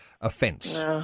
offence